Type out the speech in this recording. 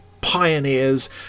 pioneers